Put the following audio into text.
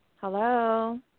Hello